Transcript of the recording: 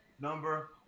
Number